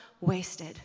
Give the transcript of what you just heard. wasted